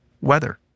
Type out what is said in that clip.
weather